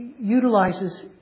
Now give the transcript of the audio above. utilizes